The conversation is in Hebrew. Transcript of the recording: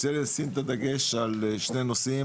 רוצה לשים את הדגש על שני נושאים.